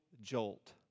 jolt